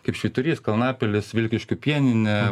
kaip švyturys kalnapilis vilkiškių pieninė